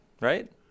right